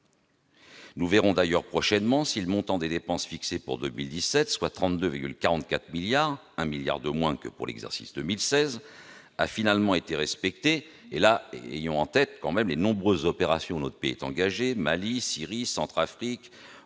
Nous verrons d'ailleurs prochainement si le montant des dépenses fixé pour 2017, soit 32,44 milliards d'euros- 1 milliard de moins que pour l'exercice 2016 -, a finalement été respecté. Ayons en tête les nombreuses opérations dans lesquelles notre pays est engagé - Mali, Syrie, Centrafrique,